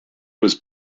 was